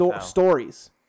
stories